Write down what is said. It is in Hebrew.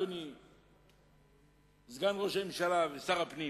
אדוני סגן ראש הממשלה ושר הפנים,